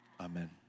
Amen